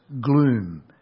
gloom